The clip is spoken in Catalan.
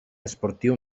esportiu